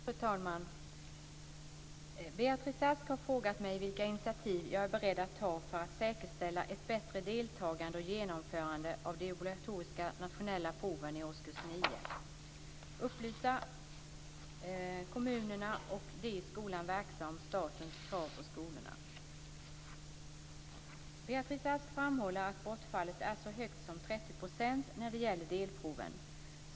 Fru talman! Beatrice Ask har frågat mig vilka initiativ jag är beredd att ta för att säkerställa ett bättre deltagande och genomförande av de obligatoriska nationella proven i årskurs 9 samt för att upplysa kommunerna och de i skolan verksamma om statens krav på skolorna. Beatrice Ask framhåller att bortfallet är så högt som 30 % när det gäller delproven.